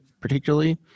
particularly